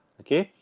okay